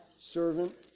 servant